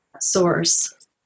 source